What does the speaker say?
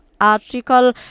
Article